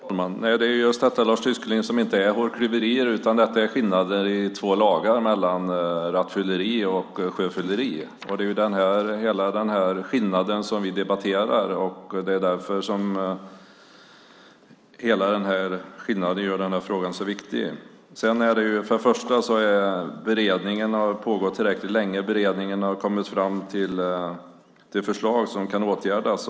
Fru talman! Det är just detta, Lars Tysklind, som inte är hårklyverier. Detta är skillnader i två lagar - mellan rattfylleri och sjöfylleri. Det är hela den här skillnaden som vi debatterar, och det är den som gör frågan så viktig. Beredningen har pågått tillräckligt länge och har kommit fram till det förslag som kan åtgärdas.